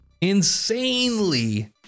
insanely